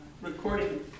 Recording